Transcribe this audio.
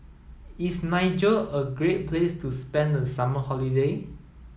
is Niger a great place to spend the summer holiday